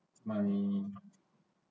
money